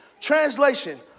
Translation